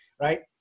Right